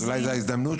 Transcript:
אולי זו ההזדמנות,